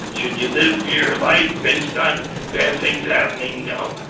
should you live your life based on bad things happening? no.